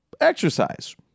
exercise